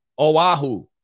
Oahu